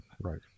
Right